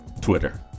Twitter